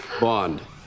bond